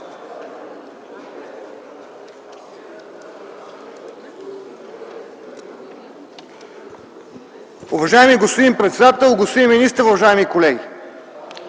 Уважаеми господин председател, уважаеми господин министър, уважаеми колеги!